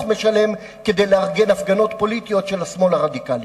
משלם כדי לארגן הפגנות פוליטיות של השמאל הרדיקלי.